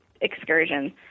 excursion